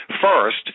first